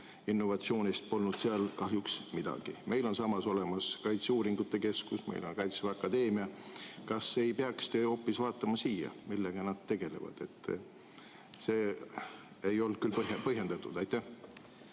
innovatsioonist polnud seal kahjuks midagi. Meil on samas olemas Kaitseuuringute Keskus, meil on Kaitseväe Akadeemia. Kas te ei peaks hoopis vaatama siia, et millega nad tegelevad? See ei olnud küll põhjendatud. Aitäh,